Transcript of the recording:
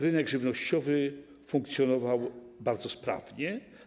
Rynek żywnościowy funkcjonował bardzo sprawnie.